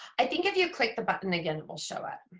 i think if you click the button again it will show it.